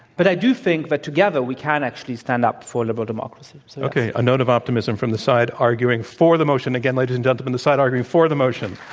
but i do think that together we can actually stand up for liberal democracy. so okay. a note of optimism from the side arguing for the motion. again, ladies and gentlemen, the side arguing for the motion.